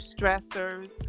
stressors